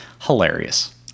Hilarious